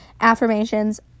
affirmations